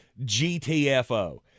GTFO